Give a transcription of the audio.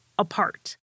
Apart